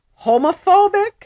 homophobic